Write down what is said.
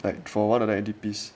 like for one of the N_D_P